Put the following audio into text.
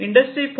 industry 4